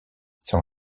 son